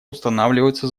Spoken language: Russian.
устанавливаются